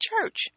church